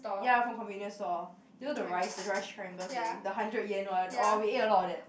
ya from convenience store you know the rice the rice triangle thing the hundred yen one oh we ate a lot of that